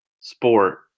sport